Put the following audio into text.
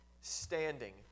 standing